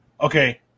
Okay